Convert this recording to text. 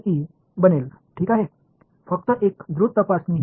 எனவே இந்த முதல் வெளிப்பாட்டை குறைத்துள்ளோம்